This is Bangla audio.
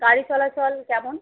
গাড়ি চলাচল কেমন